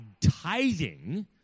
tithing